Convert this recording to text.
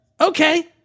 Okay